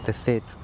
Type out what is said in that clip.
तसेच